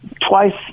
Twice